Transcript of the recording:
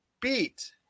beat